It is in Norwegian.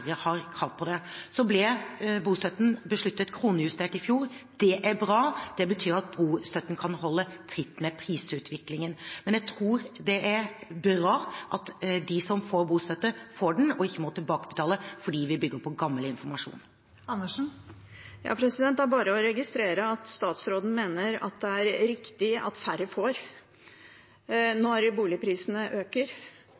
har krav på det. Så ble bostøtten besluttet kronejustert i fjor. Det er bra. Det betyr at bostøtten kan holde tritt med prisutviklingen. Men jeg tror det er bra at de som får bostøtte, får den, og ikke må tilbakebetale fordi vi bygger på gammel informasjon. Karin Andersen – til oppfølgingsspørsmål. Det er bare å registrere at statsråden mener det er riktig at færre får,